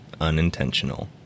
unintentional